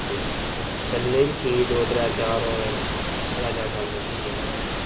ते चलने गी बी ठीक दौ त्रैऽ चार त्रैऽ चार साल कड्ढी गेआ ओह्